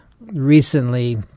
recently